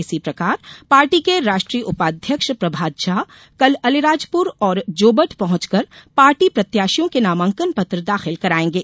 इसी प्रकार पार्टी के राष्ट्रीय उपाध्यक्ष प्रभात झा कल अलीराजपुर और जोबट पहुंचकर पार्टी प्रत्याशियों के नामांकन पत्र दाखिल कराएंगे